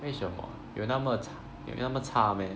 为什么有那么有那么差 meh